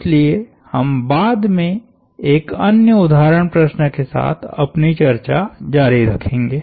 इसलिए हम बाद में एक अन्य उदाहरण प्रश्न के साथ अपनी चर्चा जारी रखेंगे